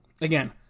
Again